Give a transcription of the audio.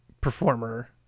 performer